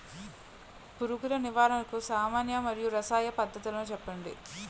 పురుగుల నివారణకు సామాన్య మరియు రసాయన పద్దతులను చెప్పండి?